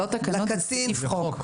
זה לא תקנות, זה סעיף חוק.